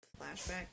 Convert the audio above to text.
flashback